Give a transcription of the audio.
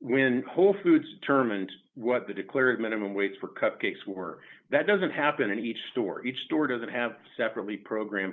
when whole foods determined what the declared minimum wait for cupcakes were that doesn't happen in each story each store doesn't have separate reprogram